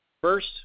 First